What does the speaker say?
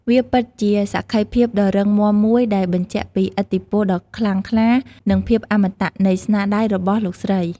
វាពិតជាសក្ខីភាពដ៏រឹងមាំមួយដែលបញ្ជាក់ពី ឥទ្ធិពលដ៏ខ្លាំងក្លា និង ភាពអមតៈ នៃស្នាដៃរបស់លោកស្រី។